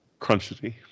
Crunchy